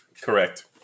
Correct